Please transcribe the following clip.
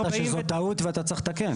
אמרת שזו טעות ואתה צריך לתקן.